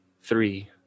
three